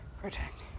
Protect